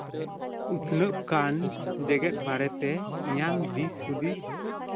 ᱩᱛᱱᱟᱹᱜ ᱠᱟᱱ ᱡᱮᱜᱮᱫ ᱵᱟᱨᱮᱛᱮ ᱤᱧᱟᱝ ᱫᱤᱥ ᱦᱩᱫᱤᱥ